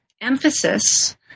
emphasis